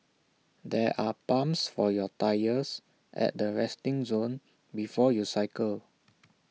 there are pumps for your tyres at the resting zone before you cycle